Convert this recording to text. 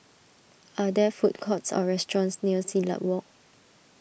are there food courts or restaurants near Silat Walk